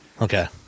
Okay